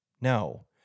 No